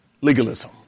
legalism